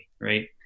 Right